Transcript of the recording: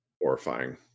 Horrifying